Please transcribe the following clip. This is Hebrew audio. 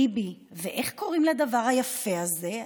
ביבי: ואיך קוראים לדבר היפה הזה?